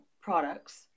products